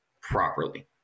properly